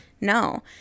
no